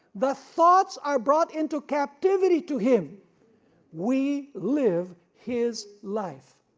the thoughts are brought into captivity to him we live his life.